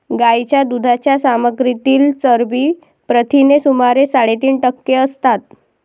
गायीच्या दुधाच्या सामग्रीतील चरबी प्रथिने सुमारे साडेतीन टक्के असतात